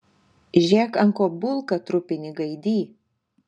žėk ant ko bulką trupini gaidy